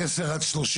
זה 30%-10%?